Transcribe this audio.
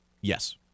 yes